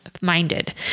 minded